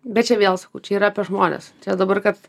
bet čia vėl sakau čia yra apie žmones čia dabar kad